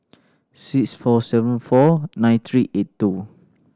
six four seven four nine three eight two